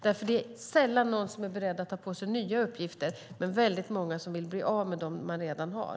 Det är sällan som någon är beredd att ta på sig nya uppgifter men väldigt många som vill bli av med dem de redan har.